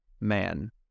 man